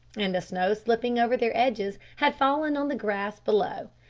and the snow slipping over their edges had fallen on the grass below.